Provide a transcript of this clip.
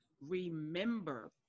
remember